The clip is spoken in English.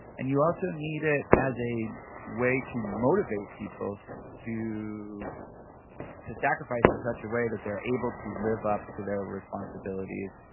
and you also need it as a way to motivate people to to sacrifice in such a way that they're able to live up to their responsibilities,